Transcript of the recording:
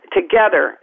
together